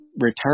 return